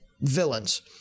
villains